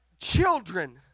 children